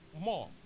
more